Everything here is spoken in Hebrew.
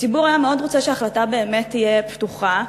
הציבור היה מאוד רוצה שההחלטה באמת תהיה פתוחה.